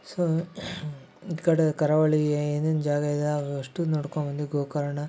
so ಇತ್ತ ಕಡೆ ಕರಾವಳಿ ಏನೇನು ಜಾಗ ಇದೆ ಅವು ಅಷ್ಟೂ ನೋಡ್ಕೊಂಡ್ಬಂದ್ವಿ ಗೋಕರ್ಣ